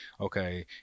okay